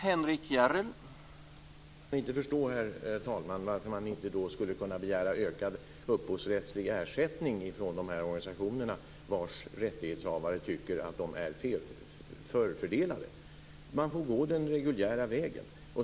Herr talman! Jag kan inte förstå varför man inte då skulle kunna begära ökad upphovsrättslig ersättning från de organisationer vars rättighetshavare tycker att de är förfördelade. Man får gå den reguljära vägen.